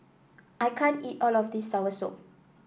I can't eat all of this soursop